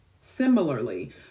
similarly